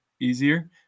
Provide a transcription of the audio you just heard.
easier